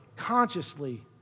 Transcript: consciously